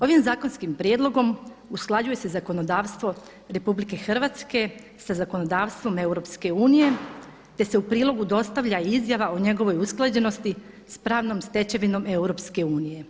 Ovim zakonskim prijedlogom usklađuje se zakonodavstvo RH sa zakonodavstvom EU, te se u prilogu dostavlja izjava o njegovoj usklađenosti s pravnom stečevinom EU.